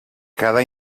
cada